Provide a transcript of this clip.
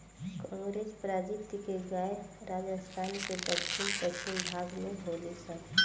कांकरेज प्रजाति के गाय राजस्थान के दक्षिण पश्चिम भाग में होली सन